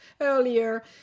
earlier